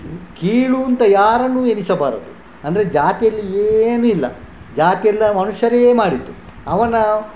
key ಕೀಳು ಅಂತ ಯಾರನ್ನೂ ಎಣಿಸಬಾರದು ಅಂದರೆ ಜಾತಿಯಲ್ಲಿ ಏನೂ ಇಲ್ಲ ಜಾತಿಯೆಲ್ಲ ಮನುಷ್ಯರೇ ಮಾಡಿದ್ದು ಅವನ